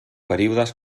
períodes